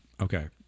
Okay